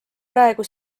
praegu